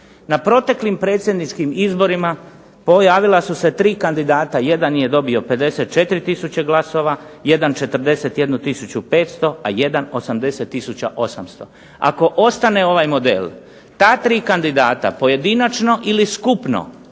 Na proteklim predsjedničkim izborima pojavila su se tri kandidata, jedan je dobio 54 tisuće glasova, jedan 41 tisuću 500 a jedan 80 800. Ako ostane ovaj model ta tri kandidata pojedinačno ili skupno,